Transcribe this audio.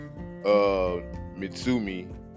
Mitsumi